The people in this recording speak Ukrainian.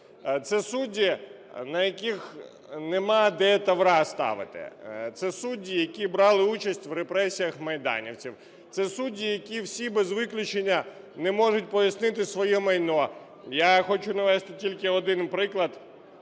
Це судді, на яких нема де тавра ставити. Це судді, які брали участь в репресіях майданівців. Це судді, які всі без виключення не можуть пояснити своє майно. Я хочу навести тільки один приклад.